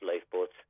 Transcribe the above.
lifeboats